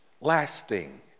lasting